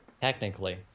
Technically